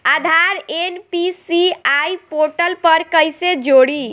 आधार NPCI portal पर कईसे जोड़ी?